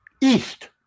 east